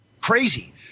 crazy